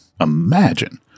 imagine